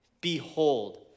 Behold